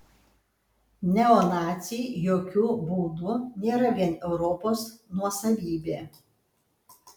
neonaciai jokiu būdu nėra vien europos nuosavybė